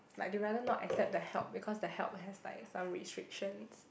like they rather not accept the help because the help has like some restrictions